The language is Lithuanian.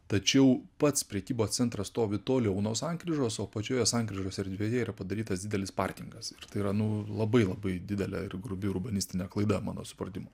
tačiau pats prekybos centras stovi toliau nuo sankryžos o pačioje sankryžos erdvėje yra padarytas didelis parkingas ir tai yra nu labai labai didelė ir grubi urbanistinė klaida mano supratimu